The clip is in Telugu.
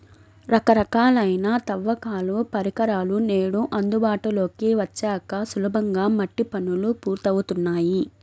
రకరకాలైన తవ్వకాల పరికరాలు నేడు అందుబాటులోకి వచ్చాక సులభంగా మట్టి పనులు పూర్తవుతున్నాయి